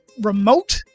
remote